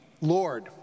Lord